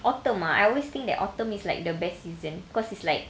autumn ah I always think that autumn is like the best season cause it's like